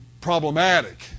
problematic